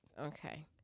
Okay